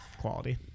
quality